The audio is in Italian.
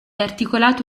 articolato